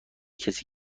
کسی